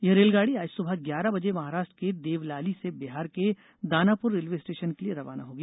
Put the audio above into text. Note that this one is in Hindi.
यह रेलगाडी आज सुबह ग्यारह बजे महाराष्ट्र के देवलाली से बिहार के दानापुर रेलवे स्टेशन के लिए रवाना होगी